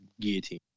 guillotine